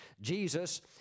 Jesus